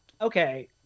Okay